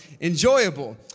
enjoyable